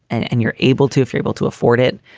and and you're able to if you're able to afford it.